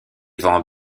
vents